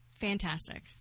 Fantastic